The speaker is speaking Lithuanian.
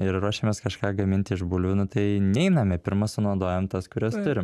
ir ruošiamės kažką gaminti iš bulvių nu tai neiname pirma sunaudojam tas kurias turim